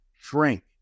shrink